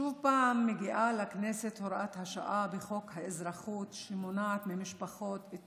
עוד פעם מגיעה לכנסת הוראת השעה בחוק האזרחות שמונעת ממשפחות את